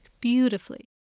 beautifully